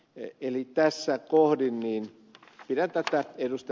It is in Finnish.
eli tässä kohdin pidän tätä ed